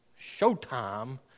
showtime